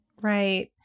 Right